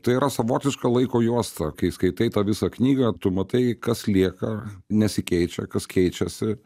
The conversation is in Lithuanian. tai yra savotiška laiko juosta kai skaitai tą visą knygą tu matai kas lieka nesikeičia kas keičiasi